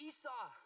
Esau